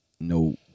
no